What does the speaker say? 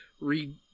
read